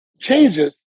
changes